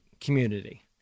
community